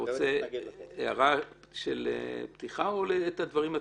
רוצה הערה של פתיחה או את הדברים עצמם?